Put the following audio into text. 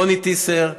רוני טיסר,